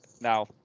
now